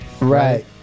Right